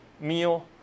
meal